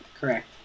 Correct